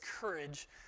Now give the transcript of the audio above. courage